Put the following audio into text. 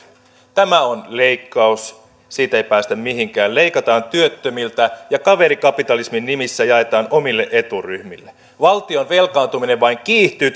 tämä on leikkaus siitä ei päästä mihinkään leikataan työttömiltä ja kaverikapitalismin nimissä jaetaan omille eturyhmille valtion velkaantuminen vain kiihtyy